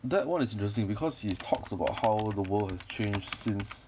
that one is interesting because he has talks about how the world has changed since